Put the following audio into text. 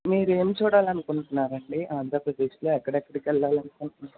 మీరు ఏమి చూడాలనుకుంటున్నారండి ఆంధ్రప్రదేశ్లో ఎక్కడెక్కడికి వెళ్ళాలనుకుంటున్నారు